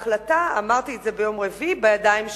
וההחלטה, אמרתי את זה ביום רביעי, היא בידיים שלך.